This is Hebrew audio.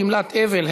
גמלת אבל),